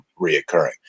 reoccurring